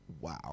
wow